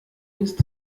ist